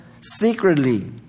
secretly